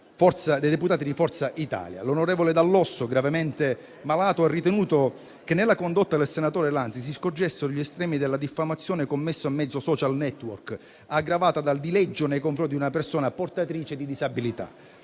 dei deputati di Forza Italia. L'onorevole Dall'Osso, gravemente malato, ha ritenuto che nella condotta del senatore Lanzi si scorgessero gli estremi della diffamazione commessa a mezzo *social network*, aggravata dal dileggio nei confronti di una persona portatrice di disabilità.